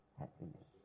happiness